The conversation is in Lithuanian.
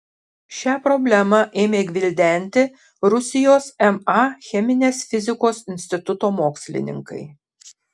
šią problemą ėmė gvildenti rusijos ma cheminės fizikos instituto mokslininkai